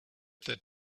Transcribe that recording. that